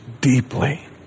deeply